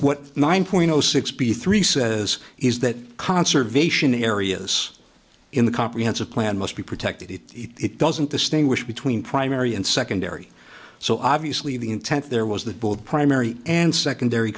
what nine point zero six b three says is that conservation areas in the comprehensive plan must be protected if it doesn't distinguish between primary and secondary so obviously the intent there was that both primary and secondary